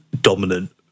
dominant